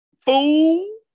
fool